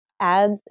ads